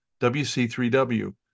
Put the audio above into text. WC3W